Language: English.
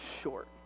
short